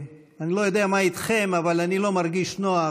אני לא יודע מה איתכם, אבל אני לא מרגיש נוח